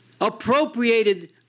appropriated